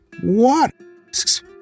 What